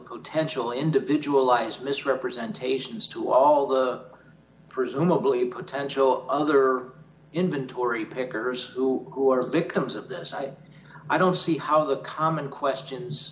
potential individualized misrepresentations to all the presumably potential other inventory pickers who are victims of this i don't see how the common questions